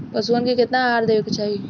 पशुअन के केतना आहार देवे के चाही?